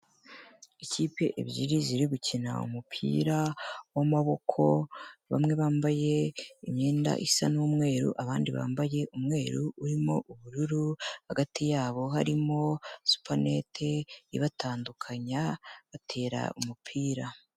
Ikipe ebyiri ziri gukina umupira w'amaboko bamwe bambaye imyenda isa n'umweru, abandi bambaye umweru urimo ubururu, hagati yabo harimo supanete ibatandukanya batera umupira.